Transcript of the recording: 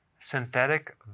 Synthetic